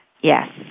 Yes